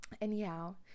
anyhow